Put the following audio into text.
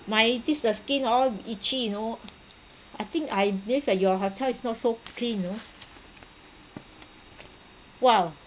my this uh skin all itchy you know I think I lived at your hotel is not so clean you know !wow!